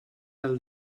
del